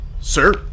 Sir